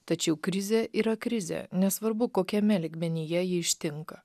tačiau krizė yra krizė nesvarbu kokiame lygmenyje ji ištinka